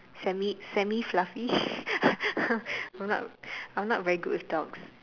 semi semi fluffy I'm not I'm not very good with dogs